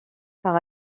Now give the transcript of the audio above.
par